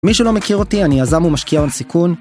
מי שלא מכיר אותי אני יזם ומשקיע על סיכון